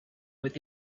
with